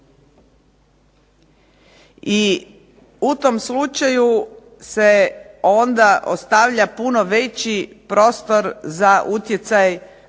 i u tom slučaju se onda ostavlja puno veći prostor za utjecaj usmenog